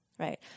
Right